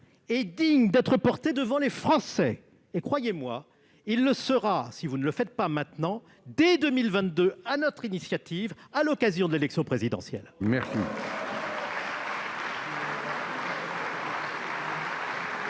est digne d'être porté devant les Français. Et, croyez-moi, si vous ne le faites pas maintenant, il le sera dès 2022, sur notre initiative, à l'occasion de l'élection présidentielle !